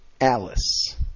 ALICE